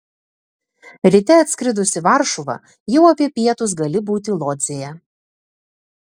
ryte atskridus į varšuvą jau apie pietus gali būti lodzėje